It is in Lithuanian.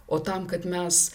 o tam kad mes